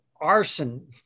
arson